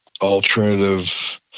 alternative